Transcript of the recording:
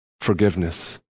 Forgiveness